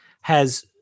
has-